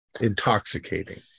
intoxicating